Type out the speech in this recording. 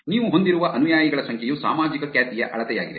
ನೀವು ಹೊಂದಿರುವ ಅನುಯಾಯಿಗಳ ಸಂಖ್ಯೆಯು ಸಾಮಾಜಿಕ ಖ್ಯಾತಿಯ ಅಳತೆಯಾಗಿದೆ